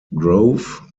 grove